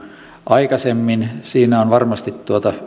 aikaisemmin siinä on varmasti